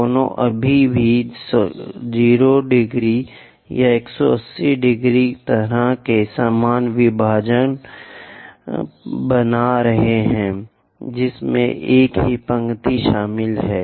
दोनों अभी भी 0 ° या 180 ° तरह के समान विभाजन बना रहे हैं जिसमें एक ही पंक्ति शामिल है